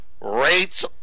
Rates